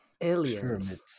Aliens